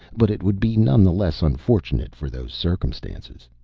but it would be none the less unfortunate for those circumstances.